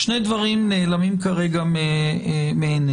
שני דברים נעלמים כרגע מעינינו.